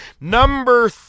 Number